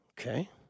Okay